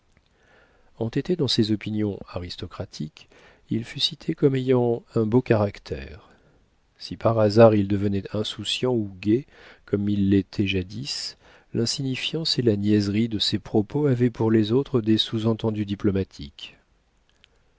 entêté dans ses opinions aristocratiques il fut cité comme ayant un beau caractère si par hasard il devenait insouciant ou gai comme il l'était jadis l'insignifiance et la niaiserie de ses propos avaient pour les autres des sous-entendus diplomatiques